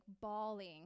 bawling